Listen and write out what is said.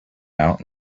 out